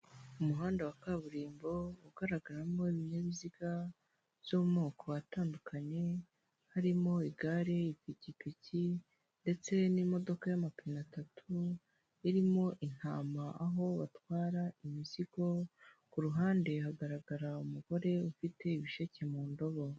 Umuhanda wa kaburimbo, ugaragaramo ibinyabiziga byo mu moko atandukanye, harimo igare, ipikipiki, ndetse n'imodoka y'amapine atatu irimo intama, aho batwara imizigo, ku ruhande hagaragara umugore ufite ibisheke mu ndobo.